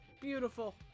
Beautiful